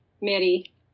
Maddie